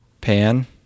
pan